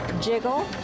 jiggle